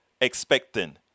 expecting